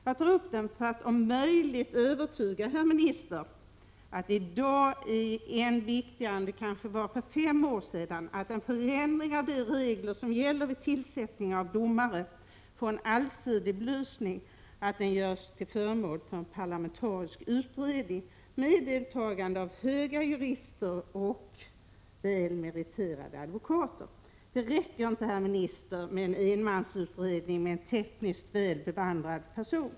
Jag tar upp den för att om möjligt övertyga herr ministern om att det i dag är än viktigare än det kanske var för fem år sedan att en förändring av de regler som gäller vid domartillsättningar får en allsidig belysning och att den görs till föremål för en parlamentarisk utredning med deltagande av höga jurister och väl meriterade advokater. Det räcker inte, herr minister, med en enmansutredning utförd av en tekniskt väl bevandrad person.